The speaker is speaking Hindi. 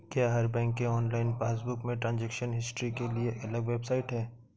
क्या हर बैंक के ऑनलाइन पासबुक में ट्रांजेक्शन हिस्ट्री के लिए अलग वेबसाइट है?